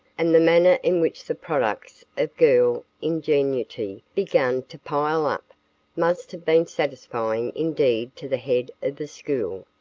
and the manner in which the products of girl ingenuity began to pile up must have been satisfying indeed to the head of the school.